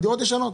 על דירות ישנות.